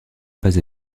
pas